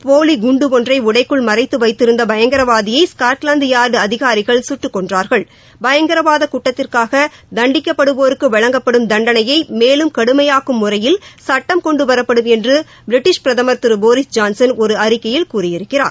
போலி குண்டு ஒன்றை உடைக்குள் மறைத்து வைத்திருந்த பயங்கரவாதியை ஸ்காட்லாந்து யார்டு அதிகாரிகள் சுட்டுக் கொன்றார்கள் பயங்கரவாத குற்றத்திற்காக தண்டிக்கப் படுவோருக்கு வழங்கப்படும் தண்டனையை மேலும் கடுமையாக்கும் முறையில் சுட்டம் கொண்டு வரப்படும் என்று பிரிட்டீஷ் பிரதமர் திரு போரீஸ் ஜான்சன் ஒரு அறிக்கையில் கூறியிருக்கிறார்